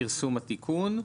פרסום התיקון.